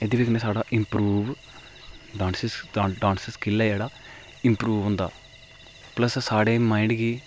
इं'दी वजह् कन्नै इम्प्रूव डांस स्किल्ल ऐ जेह्ड़ा इम्प्रूव होंदा प्लस्स साढ़ा माईंड गी